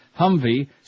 Humvee